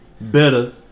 better